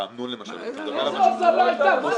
באמנון, למשל, הייתה הוזלה משמעותית.